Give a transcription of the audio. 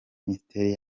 minisiteri